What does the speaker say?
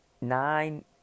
nine